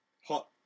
Hot